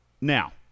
Now